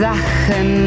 Sachen